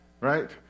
right